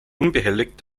unbehelligt